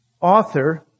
author